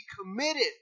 committed